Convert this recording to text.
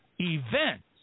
events